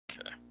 Okay